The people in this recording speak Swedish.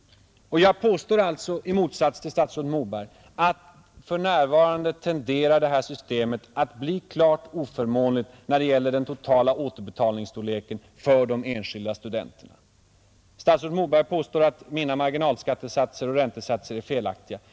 Jag påstår alltså, i motsats till statsrådet Moberg, att för närvarande tenderar det här systemet att bli klart oförmånligt när det gäller den totala återbetalningsstorleken för de enskilda studenterna. Statsrådet Moberg påstår att mina marginalskattesatser och räntesatser är felaktiga.